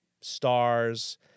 stars